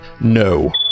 no